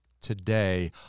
today